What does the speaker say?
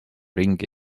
ringi